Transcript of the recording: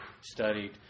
studied